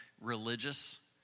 religious